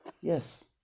yes